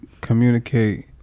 communicate